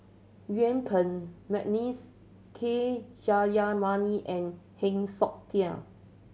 Yuen Peng McNeice K Jayamani and Heng Siok Tian